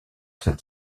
cette